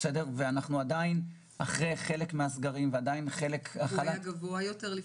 ואנחנו עדיין חווים את הסגרים ואת החל"ת --- הוא היה גבוה יותר לפני.